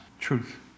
truth